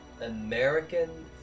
American